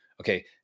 Okay